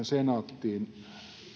senaattiin